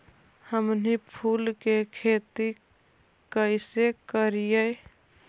हमनी फूल के खेती काएसे करियय?